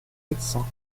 médecins